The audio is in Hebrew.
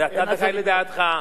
ואתה זכאי לדעתך,